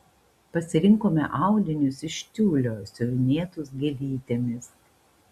pasirinkome audinius iš tiulio siuvinėtus gėlytėmis